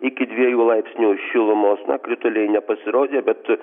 iki dviejų laipsnių šilumos na krituliai nepasirodė bet